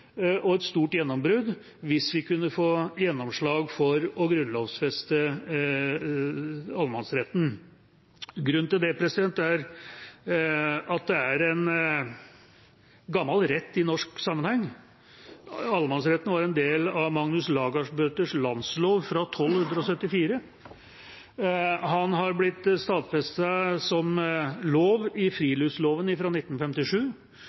og et stort gjennombrudd hvis vi kunne få gjennomslag for å grunnlovfeste allemannsretten. Grunnen til det er at det er en gammel rett i norsk sammenheng. Allemannsretten var en del av Magnus Lagabøtes landslov fra 1274 og ble stadfestet som lov i friluftsloven fra 1957.